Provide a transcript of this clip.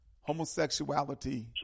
homosexuality